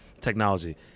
technology